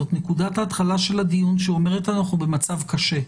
זו נקודת ההתחלה של הדיון שאומרת לנו שאנחנו במצב קשה,